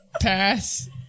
Pass